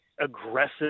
aggressive